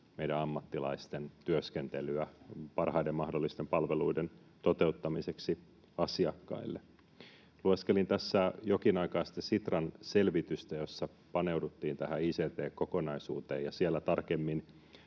meidän ammattilaisten työskentelyä parhaiden mahdollisten palveluiden toteuttamiseksi asiakkaille. Lueskelin tässä jokin aika sitten Sitran selvitystä, jossa paneuduttiin tähän ict-kokonaisuuteen ja siellä tarkemmin